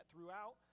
throughout